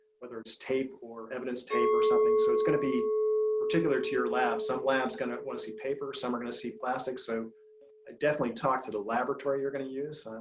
whether it's tape or evidence tape or something. so it's gonna be particular to your lab. some lab's gonna wanna see paper. some are gonna see plastic. so i ah definitely talk to the laboratory you're gonna use.